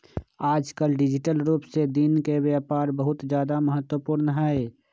आजकल डिजिटल रूप से दिन के व्यापार बहुत ज्यादा महत्वपूर्ण हई